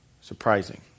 Surprising